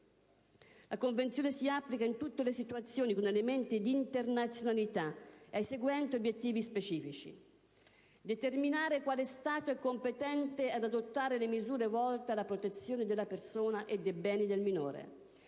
La Convenzione si applica in tutte le situazioni con elementi di internazionalità e ha i seguenti obiettivi specifici: determinare quale Stato è competente ad adottare le misure volte alla protezione della persona e dei beni del minore;